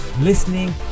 listening